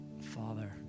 Father